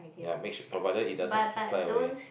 ya make sure provided it doesn't fly away